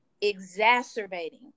exacerbating